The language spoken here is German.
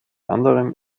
anderem